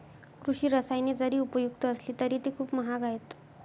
कृषी रसायने जरी उपयुक्त असली तरी ती खूप महाग आहेत